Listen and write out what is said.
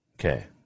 Okay